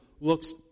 looks